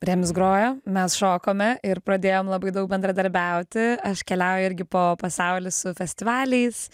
remis grojo mes šokome ir pradėjom labai daug bendradarbiauti aš keliauju irgi po pasaulį su festivaliais